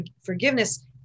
Forgiveness